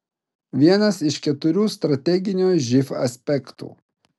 vienas iš keturių strateginio živ aspektų